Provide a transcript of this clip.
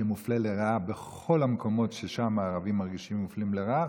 שמופלה לרעה בכל המקומות ששם הערבים מרגישים מופלים לרעה,